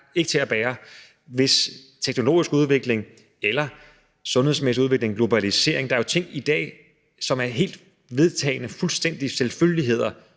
til den teknologiske udvikling eller den sundhedsmæssige udvikling, globaliseringen – der er jo ting i dag, som er vedtagne og fuldstændige selvfølgeligheder,